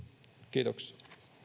kiitoksia